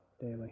daily